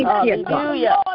Hallelujah